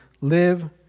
live